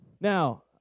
Now